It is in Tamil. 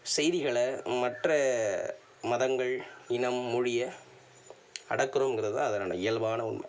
செய்திகளை மற்ற மதங்கள் இனம் மொழியை அடக்கிறோங்கறது தான் அதை நம்ம இயல்பான உண்மை